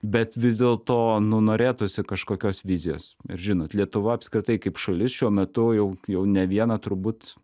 bet vis dėlto nu norėtųsi kažkokios vizijos ir žinot lietuva apskritai kaip šalis šiuo metu jau jau ne vieną turbūt